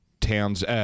Towns –